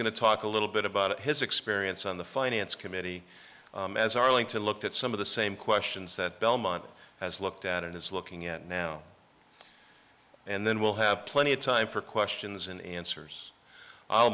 to talk a little bit about his experience on the finance committee as arlington looked at some of the same questions that belmont has looked at it is looking at now and then we'll have plenty of time for questions and answers